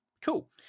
Cool